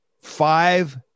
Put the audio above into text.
five